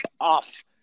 off